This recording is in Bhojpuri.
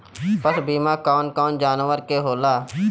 पशु बीमा कौन कौन जानवर के होला?